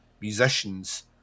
musicians